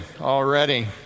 already